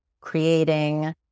creating